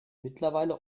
mittlerweile